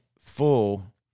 full